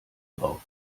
drauf